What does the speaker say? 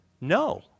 no